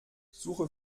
suche